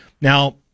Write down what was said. Now